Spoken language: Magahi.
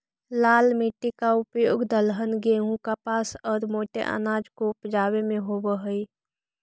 लाल मिट्टी का उपयोग दलहन, गेहूं, कपास और मोटे अनाज को उपजावे में होवअ हई